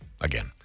again